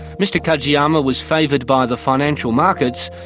mr kajiyama was favoured by the financial markets,